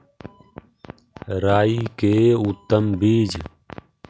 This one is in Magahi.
राई के उतम बिज?